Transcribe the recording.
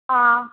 હા